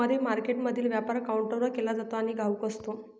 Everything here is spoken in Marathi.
मनी मार्केटमधील व्यापार काउंटरवर केला जातो आणि घाऊक असतो